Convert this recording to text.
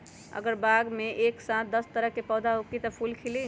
अगर बाग मे एक साथ दस तरह के पौधा होखि त का फुल खिली?